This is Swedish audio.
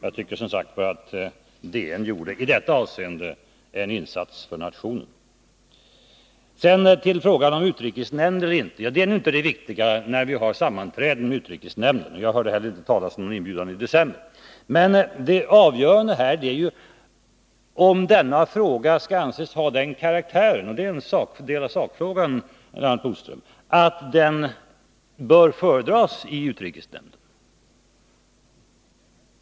Jag tycker, som sagt, att DN i detta fall gjorde en insats för nationen. Sedan till frågan om utrikesnämnd eller inte: När man har sammanträde med utrikesnämnden är inte det viktiga. Och jag hörde inte heller talas om någon inbjudan i december. Men det avgörande här är ju om denna fråga skall anses ha den karaktären — och det är en del av sakfrågan, Lennart Bodström -— att den bör föredras i utrikesnämnden.